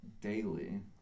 daily